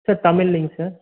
sir தமிழிங்க sir